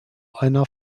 einer